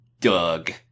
Doug